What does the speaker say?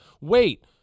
wait